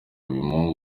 bimunga